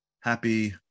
happy